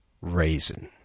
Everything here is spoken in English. raisin